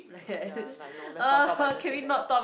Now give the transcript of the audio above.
ya like no lets not talk about internship thanks